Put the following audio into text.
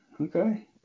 Okay